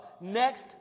next